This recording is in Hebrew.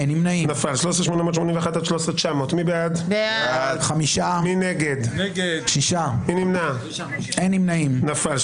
הצבעה לא אושרה נפל.